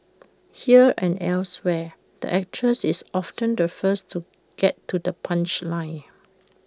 here and elsewhere the actress is often the first to get to the punchline